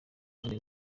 rwanda